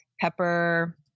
pepper